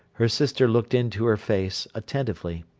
her sister looked into her face, attentively.